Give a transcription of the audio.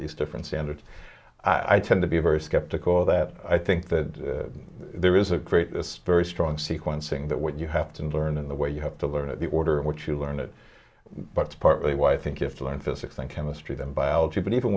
these different standards i tend to be very skeptical that i think that there is a great this very strong sequencing that what you have to learn in the way you have to learn it the order in which you learn it but partly why i think you have to learn physics and chemistry them biology but even